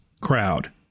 crowd